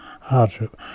hardship